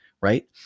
right